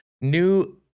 New